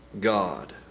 God